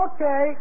Okay